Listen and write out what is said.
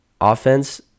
offense